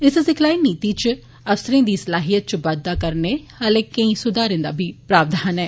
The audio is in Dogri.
इस सिखलाई नीति च अफसरें दी सलाहियत च बाद्दा करने आहले केंई सुधारे दा बी प्रावधान ऐ